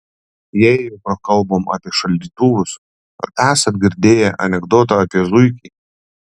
jei jau prakalbom apie šaldytuvus ar esat girdėję anekdotą apie zuikį